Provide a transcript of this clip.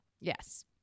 Yes